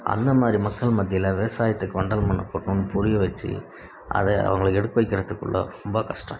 அந்த மாதிரி மக்கள் மத்தியில் விவசாயத்துக்கு வண்டல் மண் கொட்டணும்ன்னு புரிய வச்சு அதை அவங்களுக்கு எடுத்து வைக்கிறத்துக்குள்ளே ரொம்ப கஷ்டம்